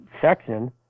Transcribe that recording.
section